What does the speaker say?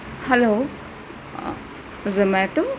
hello Zomato